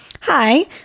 Hi